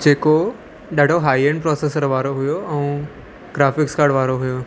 जेको ॾाढो high end processor वारो हुयो ऐं ग्राफिक्स कार्ड वारो हुयो